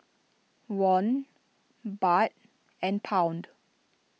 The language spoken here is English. Won Baht and Pound